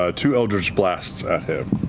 ah two eldritch blasts at him.